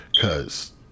cause